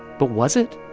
but was it?